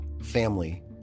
family